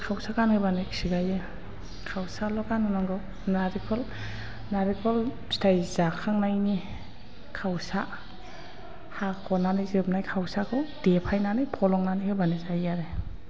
खावसा गानहोबानो खिगायो खावसाल' गानहोनांगौ नारेंखल फिथाइ जाखांनायनि खावसा हाख'नानै जोबनाय खावसाखौ देफायनानै फलंनानै होबानो जायो आरो